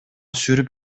сүрүп